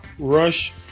rush